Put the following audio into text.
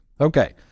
Okay